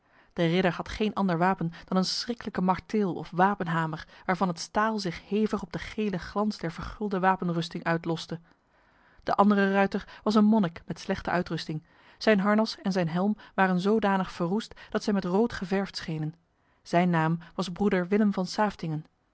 de ridder had geen ander wapen dan een schrikkelijke marteel of wapenhamer waarvan het staal zich hevig op de gele glans der vergulde wapenrusting uitloste de andere ruiter was een monnik met slechte uitrusting zijn harnas en zijn helm waren zodanig verroest dat zij met rood geverfd schenen zijn naam was broeder willem van